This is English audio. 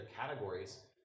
categories